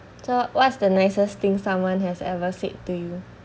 so what's the nicest thing someone has ever said to you